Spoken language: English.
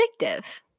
addictive